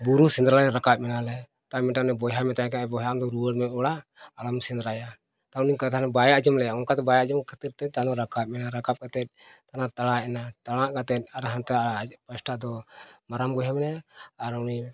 ᱵᱩᱨᱩ ᱥᱮᱸᱫᱽᱨᱟ ᱨᱟᱠᱟᱵ ᱮᱱᱟᱞᱮ ᱛᱟᱭᱚᱢ ᱢᱤᱫᱴᱟᱱ ᱵᱚᱭᱦᱟ ᱢᱮᱛᱟᱭ ᱠᱟᱱᱟᱭ ᱮ ᱵᱚᱭᱦᱟ ᱟᱢᱫᱚ ᱨᱩᱣᱟᱹᱲ ᱢᱮ ᱚᱲᱟᱜ ᱟᱞᱚᱢ ᱥᱮᱸᱫᱽᱨᱟᱭᱟ ᱟᱨ ᱩᱱᱤ ᱠᱟᱛᱷᱟ ᱨᱮ ᱵᱟᱭ ᱟᱸᱡᱚᱢ ᱞᱮᱜᱼᱟ ᱚᱱᱠᱟ ᱫᱚ ᱵᱟᱭ ᱟᱸᱡᱚᱢ ᱠᱷᱟᱹᱛᱤᱨ ᱛᱮ ᱛᱟᱦᱮ ᱨᱟᱠᱟᱵ ᱮᱱᱟ ᱨᱟᱠᱟᱵ ᱠᱟᱛᱮᱫ ᱛᱟᱲᱟᱜ ᱮᱱᱟ ᱛᱟᱲᱟᱜ ᱠᱟᱛᱮᱫ ᱦᱟᱱᱛᱮ ᱟᱡ ᱯᱟᱥᱴᱟ ᱫᱚ ᱢᱟᱨᱟᱝ ᱵᱚᱭᱦᱟ ᱢᱮᱱᱟᱭᱟ ᱟᱨ ᱩᱱᱤ